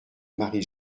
marie